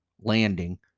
landing